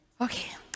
Okay